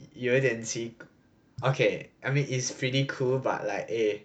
有一点奇 okay I mean it's pretty cool but like eh